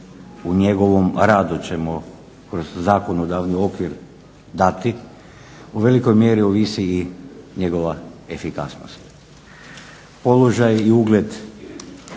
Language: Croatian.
u njegovom radu ćemo kroz zakonodavni okvir dati u velikoj mjeri ovisi i njegova efikasnost. Položaj i ugleda